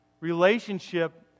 Relationship